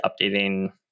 updating